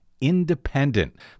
independent